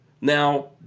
Now